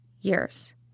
years